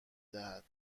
دهد